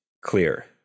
clear